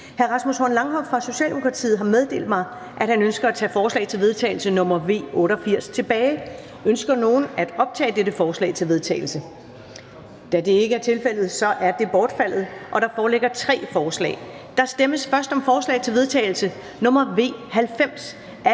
Hr. Rasmus Horn Langhoff fra Socialdemokratiet har meddelt mig, at han ønsker at tage forslag til vedtagelse nr. V 88 tilbage. Ønsker nogen at optage dette forslag til vedtagelse? Da det ikke er tilfældet, er forslag til vedtagelse nr. V 88 bortfaldet. Der foreligger tre forslag til vedtagelse. Og der stemmes først om forslag til vedtagelse nr. V 90 af